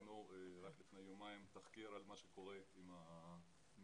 רק לפני יומיים ראינו על מה שקורה עם מכירת